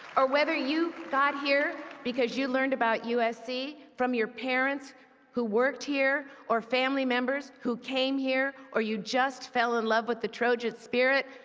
or whether you got here because you learned about usc from your parents who worked here, or family members who came here, or you just fell in love with the trojan spirit,